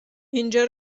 اینجا